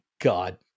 God